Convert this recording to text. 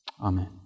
Amen